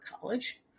college